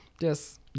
Yes